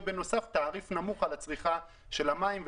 ובנוסף תעריף נמוך על הצריכה של המים.